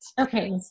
Okay